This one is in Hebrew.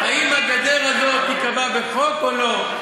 האם הגדר הזאת תיקבע בחוק או לא.